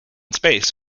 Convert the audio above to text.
space